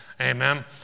Amen